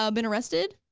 been arrested?